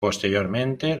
posteriormente